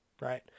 right